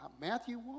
Matthew